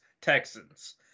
Texans